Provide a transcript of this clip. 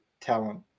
talent